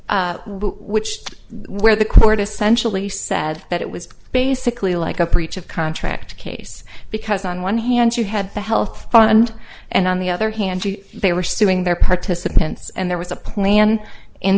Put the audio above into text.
case which where the court essentially said that it was basically like a preach of contract case because on one hand you had the health fund and on the other hand they were suing their participants and there was a plan in